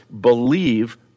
believe